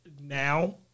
now